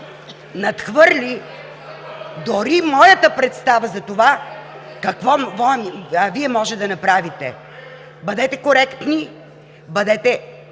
надхвърли дори моята представа за това какво Вие можете да направите. Бъдете коректни, бъдете